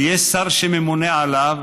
ויש שר שממונה עליו